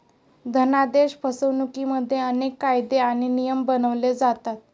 धनादेश फसवणुकिमध्ये अनेक कायदे आणि नियम बनवले जातात